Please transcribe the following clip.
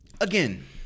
Again